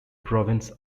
province